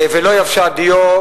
ולא יבשה הדיו,